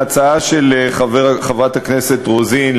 ההצעה של חברת הכנסת רוזין,